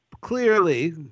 clearly